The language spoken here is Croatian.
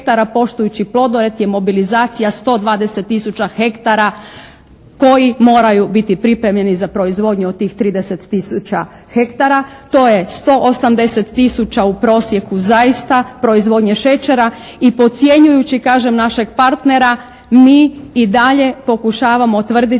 ne razumije./ … je mobilizacija 120 tisuća hektara koji moraju biti pripremljeni za proizvodnju od tih 30 tisuća hektara. To je 180 tisuća u prosjeku zaista proizvodnje šećera i podcjenjujući kažem našeg partnera mi i dalje pokušavamo tvrditi